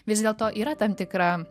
vis dėlto yra tam tikra